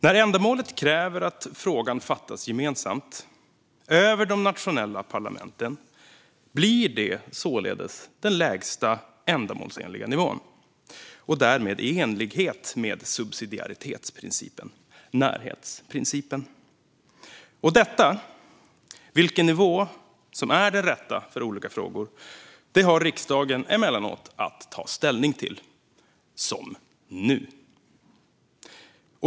När ändamålet kräver att frågan beslutas gemensamt, över de nationella parlamenten, blir det således den lägsta ändamålsenliga nivån och därmed i enlighet med subsidiaritetsprincipen - närhetsprincipen. Vilken nivå som är den rätta för olika frågor har riksdagen emellanåt att ta ställning till - som nu.